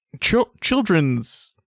children's